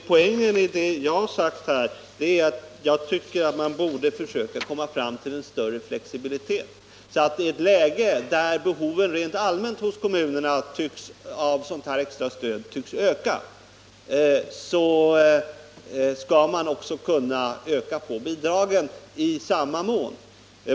Poängen i det jag har sagt är att jag tycker att man borde försöka komma fram till en större flexibilitet så att man, i ett läge där behoven för kommunerna av extra stöd tycks öka, skall kunna öka bidragen i samma mån.